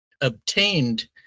obtained